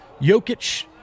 Jokic